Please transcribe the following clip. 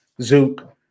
zook